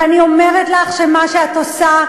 ואני אומרת לך שמה שאת עושה,